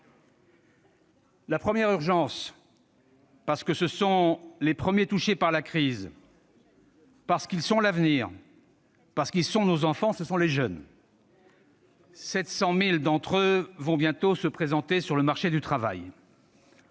La première urgence, parce que ce sont les premiers touchés par la crise, parce qu'ils sont l'avenir, parce qu'ils sont nos enfants, ce sont les jeunes : 700 000 d'entre eux vont bientôt se présenter sur le marché du travail.